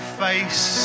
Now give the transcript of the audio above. face